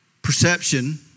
perception